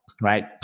right